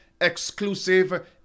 exclusive